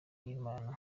y’imana